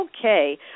Okay